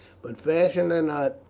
but fashion or not,